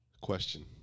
Question